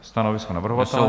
Stanovisko navrhovatele?